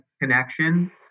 connection